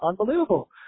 unbelievable